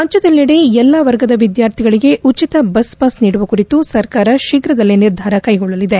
ರಾಜ್ಞದೆಲ್ಲಡೆ ಎಲ್ಲಾ ವರ್ಗದ ವಿದ್ವಾರ್ಥಿಗಳಿಗೆ ಉಚಿತ ಬಸ್ ಪಾಸ್ ನೀಡುವ ಕುರಿತು ಸರ್ಕಾರ ಶೀಘದಲ್ಲೇ ನಿರ್ಧಾರ ಕೈಗೊಳ್ಳಲಿದೆ